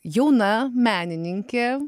jauna menininkė